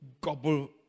gobble